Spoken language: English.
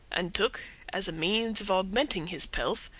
and took, as a means of augmenting his pelf,